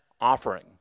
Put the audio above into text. Offering